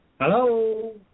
Hello